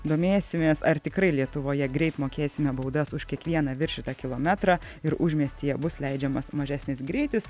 domėsimės ar tikrai lietuvoje greit mokėsime baudas už kiekvieną viršytą kilometrą ir užmiestyje bus leidžiamas mažesnis greitis